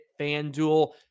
FanDuel